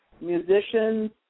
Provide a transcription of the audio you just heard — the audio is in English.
musicians